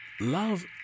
love